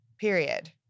Period